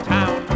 town